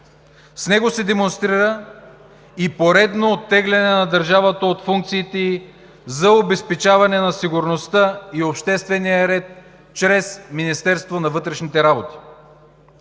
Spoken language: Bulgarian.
С него се демонстрира и поредно оттегляне на държавата от функциите ѝ за обезпечаване на сигурността и обществения ред чрез Министерството на вътрешните работи.